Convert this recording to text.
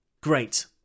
Great